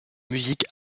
musique